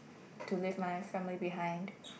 to leave my family behind